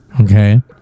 Okay